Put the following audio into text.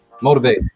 Motivate